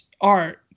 art